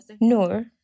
Noor